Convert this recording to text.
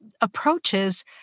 approaches